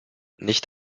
nicht